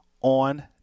on